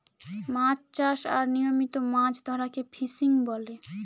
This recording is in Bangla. মাছ চাষ আর নিয়মিত মাছ ধরাকে ফিসিং বলে